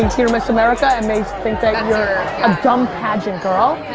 hear miss america and may think you're a dumb pageant girl.